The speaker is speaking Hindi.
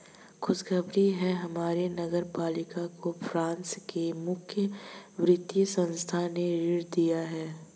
खुशखबरी है हमारे नगर पालिका को फ्रांस के मुख्य वित्त संस्थान ने ऋण दिया है